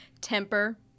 Temper